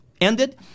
ended